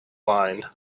lined